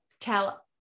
tell